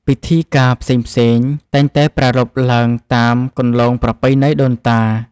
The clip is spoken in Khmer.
ពិធីការផ្សេងៗតែងតែប្រារព្ធឡើងតាមគន្លងប្រពៃណីដូនតា។